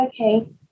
Okay